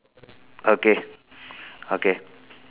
okay okay